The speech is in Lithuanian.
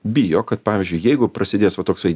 bijo kad pavyzdžiui jeigu prasidės va toksai